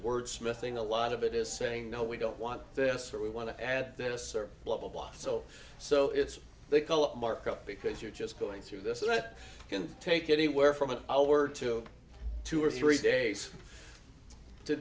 word smithing a lot of it is saying no we don't want this or we want to add this server blah blah blah so so it's they call it markup because you're just going through this it can take anywhere from an hour to two or three days to